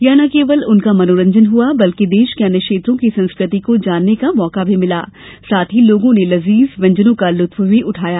यहां न केवल उनका मनोरंजन हुआ बल्कि देश के अन्य क्षेत्रों की संस्कृति को जानने का मौका भी मिला और साथ ही लोगो ने लजीज व्यंजनों का लूएत उठाया